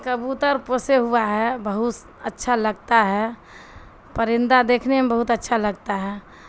کبوتر پوسے ہوا ہے بہ اچھا لگتا ہے پرندہ دیکھنے میں بہت اچھا لگتا ہے